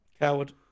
Coward